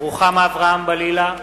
רוחמה אברהם-בלילא,